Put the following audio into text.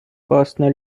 personal